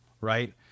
Right